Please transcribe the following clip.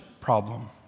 problem